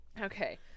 okay